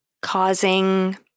Causing